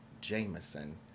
Jameson